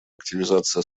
активизации